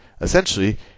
essentially